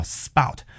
spout